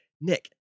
Nick